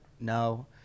no